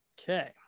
Okay